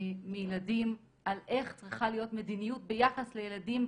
מילדים על איך צריכה להיות מדיניות מיטיבה ביחס לילדים.